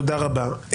תודה רבה.